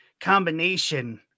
combination